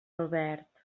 albert